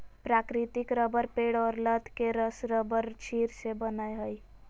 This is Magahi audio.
प्राकृतिक रबर पेड़ और लत के रस रबरक्षीर से बनय हइ